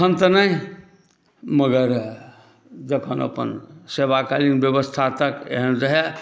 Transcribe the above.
एखन तऽ नहि मगर जखन अपन सेवाकालीन व्यवस्था तक एहन रहए